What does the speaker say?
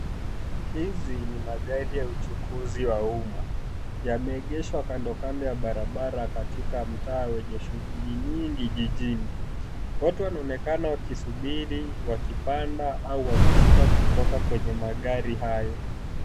Hizi ni magari za uchukuzi wa umma, yameegeshwa kando kando ya barabara katika mtaa wenye shughuli nyingi jijini. Watu wanaonekana wakisubiri, wakipanda au wakishuka kutoka kwenye magari hayo.